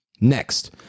Next